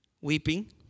weeping